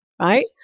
right